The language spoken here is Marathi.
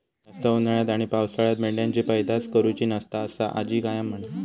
जास्त उन्हाळ्यात आणि पावसाळ्यात मेंढ्यांची पैदास करुची नसता, असा आजी कायम म्हणा